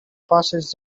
passes